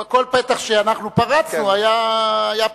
אבל כל פתח שאנחנו פרצנו היה פתח,